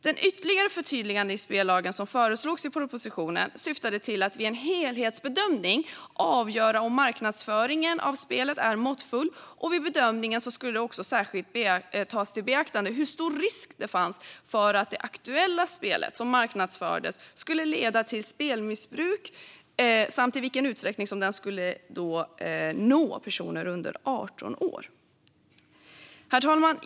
Det ytterligare förtydligande i spellagen som föreslogs i propositionen syftade till att det vid en helhetsbedömning skulle avgöras om marknadsföringen av spelet är måttfull. Vid bedömningen skulle det särskilt tas i beaktande hur stor risken är för att det spel som marknadsförs kan leda till spelmissbruk samt i vilken utsträckning marknadsföringen når personer under 18 år. Herr talman!